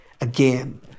again